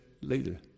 later